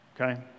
okay